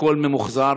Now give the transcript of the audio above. הכול ממוחזר.